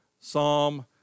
Psalm